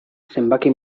zenbaki